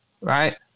right